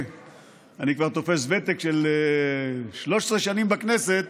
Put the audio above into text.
אני כבר תופס ותק של 13 שנים בכנסת,